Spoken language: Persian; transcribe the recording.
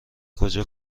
کجا